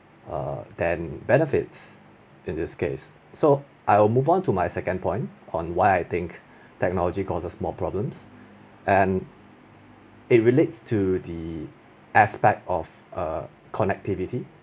err than benefits in this case so I will move on to my second point on why I think technology causes more problems and it relates to the aspect of err connectivity